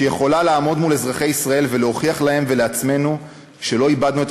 שיכולה לעמוד מול אזרחי ישראל ולהוכיח להם ולעצמנו שלא איבדנו את